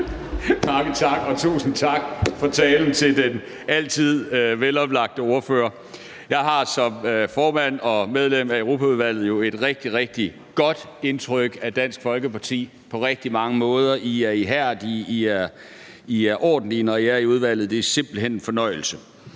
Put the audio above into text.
tak, og tusind tak til den altid veloplagte ordfører for talen. Jeg har som formand og medlem af Europaudvalget jo et rigtig, rigtig godt indtryk af Dansk Folkeparti på rigtig mange måder. I er ihærdige, og I er ordentlige, når I er i udvalget – det er simpelt hen en fornøjelse.